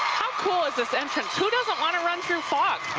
how cool is this and who doesn't want to run through?